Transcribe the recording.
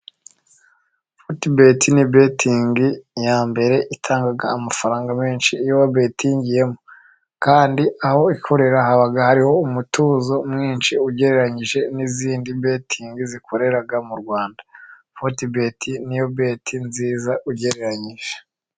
FORTBET ni betingi ya mbere itanga amafaranga menshi iyo wabetingiyemo. Kandi aho ikorera haba hariho umutuzo mwinshi ugereranyije n'izindi beting zikorera mu Rwanda. FORTBET niyo beti nziza ugereranyije.